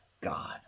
God